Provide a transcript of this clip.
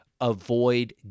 avoid